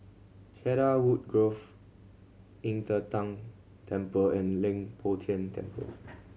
Cedarwood Grove Qing De Tang Temple and Leng Poh Tian Temple